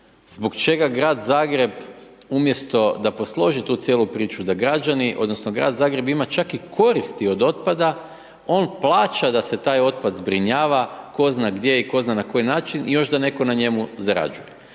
zbog čega Grad Zagreb umjesto da posloži tu cijelu priču, da građani odnosno Grad Zagreb ima čak i koristi od otpada, on plaća da se taj otpad zbrinjava, tko zna gdje i tko zna na koji način i još da netko na njemu zarađuje.